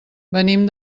venim